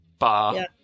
bar